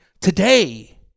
today